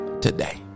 today